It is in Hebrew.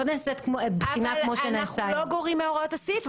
לא נעשית בחינה כמו -- אנחנו לא גורעים מהוראות הסעיף,